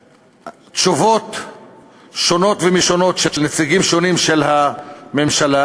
תשובות שונות ומשונות של נציגים שונים של הממשלה,